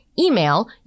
email